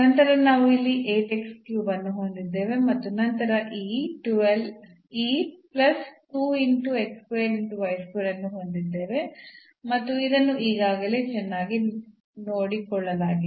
ನಂತರ ನಾವು ಇಲ್ಲಿ ಅನ್ನು ಹೊಂದಿದ್ದೇವೆ ಮತ್ತು ನಂತರ ನಾವು ಈ ಅನ್ನು ಹೊಂದಿದ್ದೇವೆ ಮತ್ತು ಇದನ್ನು ಈಗಾಗಲೇ ಚೆನ್ನಾಗಿ ನೋಡಿಕೊಳ್ಳಲಾಗಿದೆ